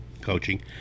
coaching